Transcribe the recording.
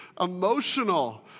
emotional